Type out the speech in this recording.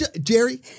Jerry